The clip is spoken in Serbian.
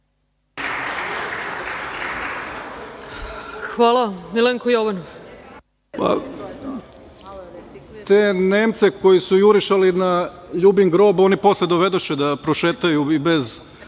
**Milenko Jovanov** Te Nemce koji su jurišali na LJubin grob, oni posle dovedoše da prošetaju bez